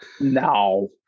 No